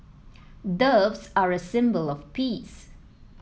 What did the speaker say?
doves are a symbol of peace